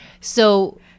So-